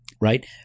right